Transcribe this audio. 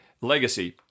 Legacy